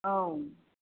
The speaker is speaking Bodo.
औ